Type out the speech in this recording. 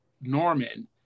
Norman